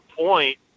point